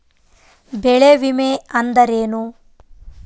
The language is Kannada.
ಬೆಳೆ ವಿಮೆ ಅಂದರೇನು?